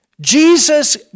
Jesus